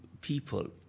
people